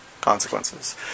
Consequences